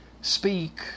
speak